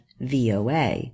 VOA